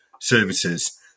services